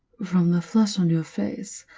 from the flush on your face,